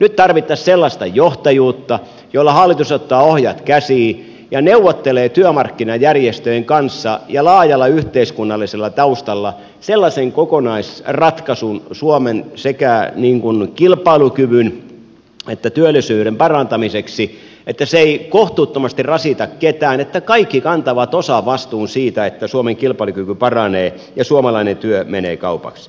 nyt tarvittaisiin sellaista johtajuutta jolla hallitus ottaa ohjat käsiin ja neuvottelee työmarkkinajärjestöjen kanssa ja laajalla yhteiskunnallisella taustalla sellaisen kokonaisratkaisun sekä suomen kilpailukyvyn että työllisyyden parantamiseksi että se ei kohtuuttomasti rasita ketään että kaikki kantavat osavastuun siitä että suomen kilpailukyky paranee ja suomalainen työ menee kaupaksi